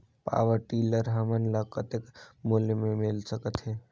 Power tiller हमन ल कतेक मूल्य मे मिल सकथे?